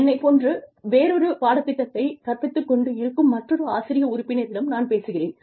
என்னைப் போன்றே வேறொரு பாடத் திட்டத்தைக் கற்பித்துக் கொண்டு இருக்கும் மற்றொரு ஆசிரிய உறுப்பினரிடம் நான் பேசுகிறேன்